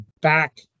back